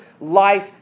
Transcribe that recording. life